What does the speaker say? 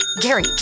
Gary